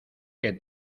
que